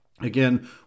Again